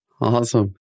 Awesome